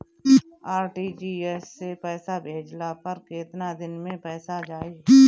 RTGS से पईसा भेजला पर केतना दिन मे पईसा जाई?